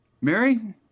Mary